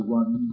one